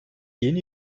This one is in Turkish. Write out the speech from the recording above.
yeni